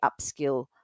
upskill